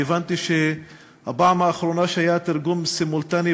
הבנתי שהפעם האחרונה שבה היה תרגום סימולטני